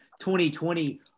2020